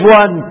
one